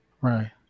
Right